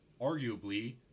arguably